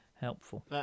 helpful